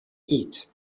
eat